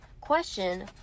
question